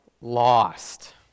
lost